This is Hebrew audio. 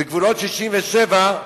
גבולות 67',